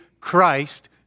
christ